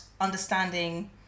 understanding